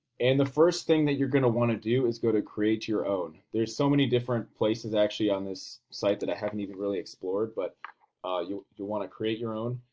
and the first thing that you're going to want to do is go to create your own. there's so many different places actually on this site that i haven't even really explored, but you want to create your own.